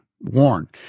warn